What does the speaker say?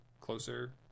closer